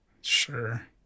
Sure